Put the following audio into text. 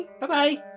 Bye-bye